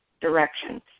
directions